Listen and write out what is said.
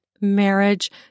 marriage